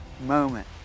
moment